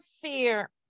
fear